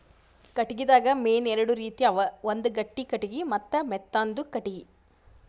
ಕಟ್ಟಿಗಿದಾಗ್ ಮೇನ್ ಎರಡು ರೀತಿ ಅವ ಒಂದ್ ಗಟ್ಟಿ ಕಟ್ಟಿಗಿ ಮತ್ತ್ ಮೆತ್ತಾಂದು ಕಟ್ಟಿಗಿ